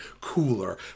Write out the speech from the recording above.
cooler